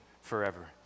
forever